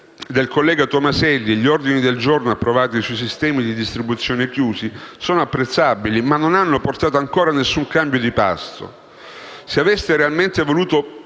del collega Tomaselli e gli ordini del giorno approvati sui sistemi di distribuzione chiusi sono apprezzabili, ma non hanno portato ancora alcun cambio di passo. Se avreste realmente voluto,